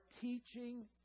teaching